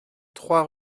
trois